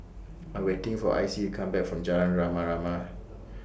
I'm waiting For Icy to Come Back from Jalan Rama Rama